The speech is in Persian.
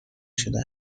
شده